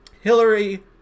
Hillary